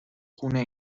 خونه